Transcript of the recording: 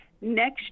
next